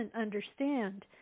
understand